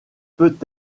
peut